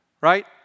right